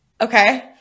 Okay